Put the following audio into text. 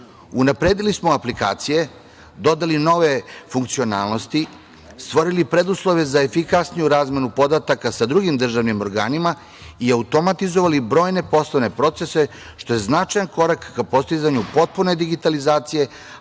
Unapredili smo aplikacije, dodali nove funkcionalnosti, stvorili preduslove za efikasniju razmenu podataka sa drugim državnim organima i automatizovali brojne poslovne procese, što je značajan korak ka postizanju potpune digitalizacije,